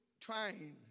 trying